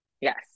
Yes